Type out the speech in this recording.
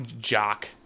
Jock